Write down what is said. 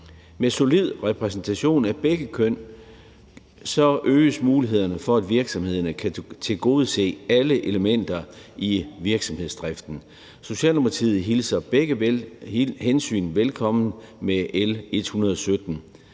Med solid repræsentation af begge køn øges mulighederne for, at virksomhederne kan tilgodese alle elementer i virksomhedsdriften. Socialdemokratiet hilser begge hensyn velkommen med L 117.